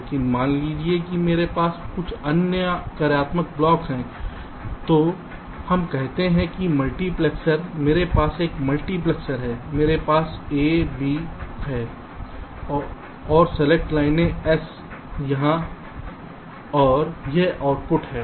लेकिन मान लीजिए कि मेरे पास कुछ अन्य कार्यात्मक ब्लॉक हैं तो हम कहते हैं कि मल्टीप्लेक्सर मेरे पास एक मल्टीप्लेक्सर है मेरे पास A B है और सेलेक्ट लाइन S यहां है और यह आउटपुट है